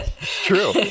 True